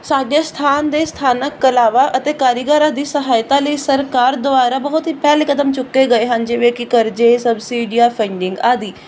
ਸਾਡੇ ਸਥਾਨ ਦੇ ਸਥਾਨਕ ਕਲਾਵਾਂ ਅਤੇ ਕਾਰੀਗਰਾਂ ਦੀ ਸਹਾਇਤਾ ਲਈ ਸਰਕਾਰ ਦੁਆਰਾ ਬਹੁਤ ਹੀ ਪਹਿਲਕਦਮ ਚੁੱਕੇ ਗਏ ਹਨ ਜਿਵੇਂ ਕਿ ਕਰਜ਼ੇ ਸਬਸਿਡੀਆਂ ਫੰਡਿੰਗ ਆਦਿ